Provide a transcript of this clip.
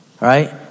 right